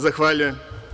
Zahvaljujem.